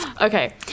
okay